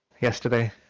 yesterday